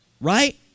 Right